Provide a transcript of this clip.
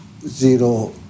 zero